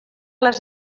les